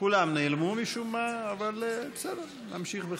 כולם נעלמו, משום מה, אבל בסדר, נמשיך בחקיקה.